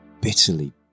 bitterly